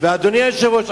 ואדוני היושב-ראש,